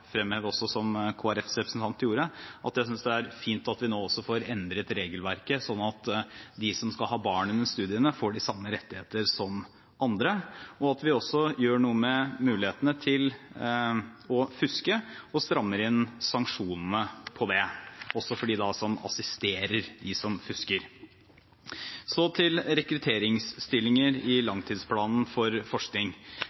synes også det er veldig bra, og har lyst til å fremheve, som Kristelig Folkepartis representant gjorde, at det er fint at vi nå får endret regelverket, slik at de som skal ha barn under studiene, får de samme rettigheter som andre, og at vi også gjør noe med mulighetene til å fuske og strammer inn sanksjonene på det, også for dem som assisterer dem som fusker. Så til rekrutteringsstillinger i